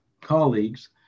colleagues